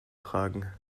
tragen